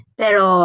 pero